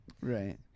Right